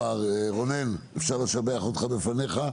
רונן, אפשר לשבח אותך בפניך?